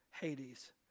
Hades